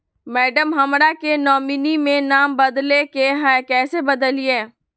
madam, हमरा के nominee में नाम बदले के हैं, कैसे बदलिए